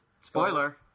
Spoiler